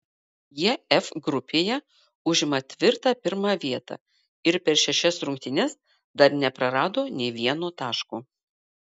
jie f grupėje užima tvirtą pirmą vietą ir per šešerias rungtynes dar neprarado nė vieno taško